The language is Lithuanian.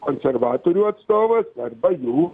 konservatorių atstovas arba jų